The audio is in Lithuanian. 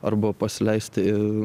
arba pasileisti